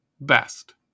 best